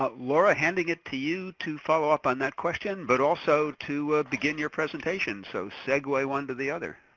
ah laura, handing it to you to follow up on that question, but also to begin your presentation. so segway one to the other.